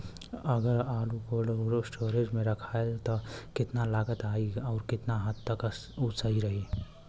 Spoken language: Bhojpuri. अगर आलू कोल्ड स्टोरेज में रखायल त कितना लागत आई अउर कितना हद तक उ सही रही?